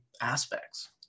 aspects